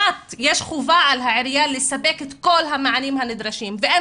יש חובה על העירייה לספק את כל המענים הנדרשים ואין